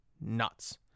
Nuts